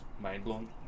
mind-blown